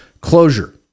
closure